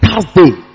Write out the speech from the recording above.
Thursday